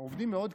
עובדים מאוד קשה,